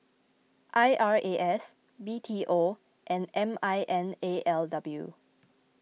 I R A S B T O and M I N L A W